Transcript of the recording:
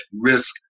risk